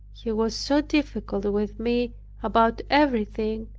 he was so difficult with me about everything,